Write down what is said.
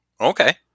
Okay